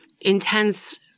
intense